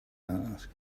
asked